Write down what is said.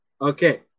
Okay